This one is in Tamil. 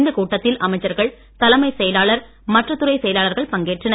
இந்தக் கூட்டத்தில் அமைச்சர்கள் தலைமைச் செயலாளர் மற்ற துறை செயலர்கள் பங்கேற்றனர்